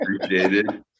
appreciated